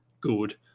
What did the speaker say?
good